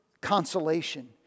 consolation